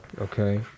Okay